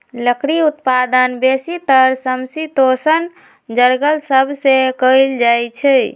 लकड़ी उत्पादन बेसीतर समशीतोष्ण जङगल सभ से कएल जाइ छइ